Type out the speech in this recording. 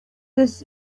this